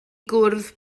gwrdd